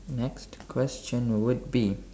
next question would be